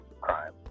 crime